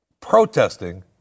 protesting